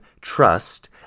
trust